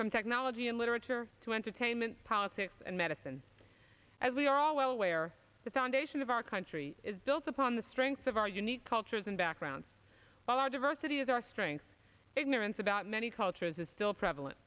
from technology and literature to entertainment politics and medicine as we are all well aware the foundation of our country is built upon the strength of our unique cultures and backgrounds while our diversity is our strength ignorance about many cultures is still prevalent